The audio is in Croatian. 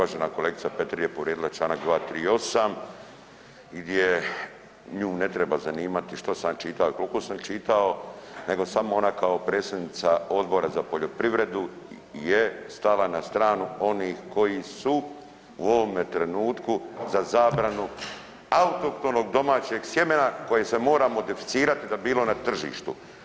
Uvažena kolegica Petir je povrijedila Članak 238. gdje nju ne treba zanimati što sam ja čitao i koliko sam čitao, nego samo ona kao predsjednica Odbora za poljoprivredu je stala na stranu onih koji su u ovome trenutku za zabranu autohtonog domaćeg sjemena koje se modificirati da bi bilo na tržištu.